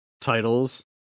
titles